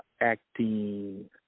acting